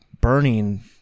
burning